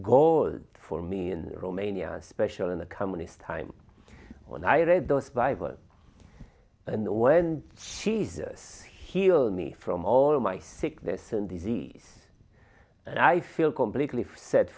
goes for me in romania special in the company's time when i read those bible and when jesus healed me from all my sickness and disease and i feel completely set